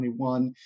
2021